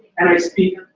and i speak.